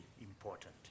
important